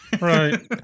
Right